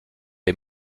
est